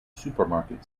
supermarket